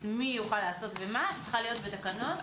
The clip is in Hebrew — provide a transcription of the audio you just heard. מי יוכל לעשות מה צריך לבוא בתקנות,